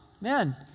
Man